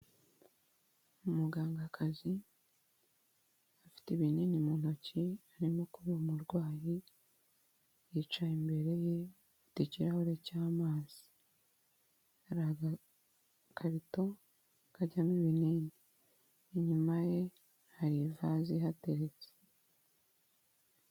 Umugangakazi afite ibinini mu ntoki arimo kubiha umurwayi yicaye imbere ye afite ikirahure cy'amazi hari agakarito kajyamo ibinini inyuma ye hari ivaze ihatetse.